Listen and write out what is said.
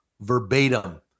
verbatim